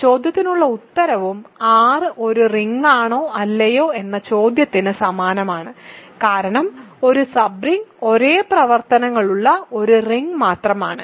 ആ ചോദ്യത്തിനുള്ള ഉത്തരവും R ഒരു റിങ്ങാണോ അല്ലയോ എന്ന ചോദ്യത്തിന് സമാനമാണ് കാരണം ഒരു സബ്റിങ് ഒരേ പ്രവർത്തനങ്ങളുള്ള ഒരു റിങ് മാത്രമാണ്